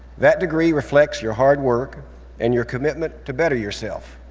that degree reflects your hard work and your commitment to better yourself.